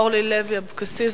אורלי לוי-אבקסיס.